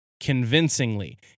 convincingly